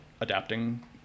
adapting